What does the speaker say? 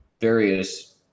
various